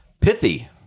Pithy